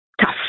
tough